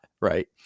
right